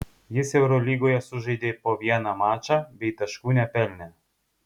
jis eurolygoje sužaidė po vieną mačą bei taškų nepelnė